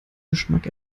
geschmack